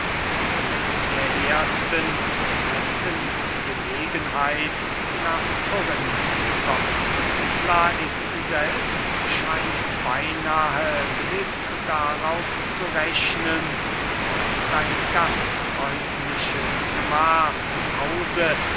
und mit der ersten guten gelegenheit nach korinth zu kommen lais scheint beynahe gewiß darauf zu rechnen und dein gastfreundliches gemach im hause